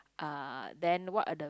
uh then what are the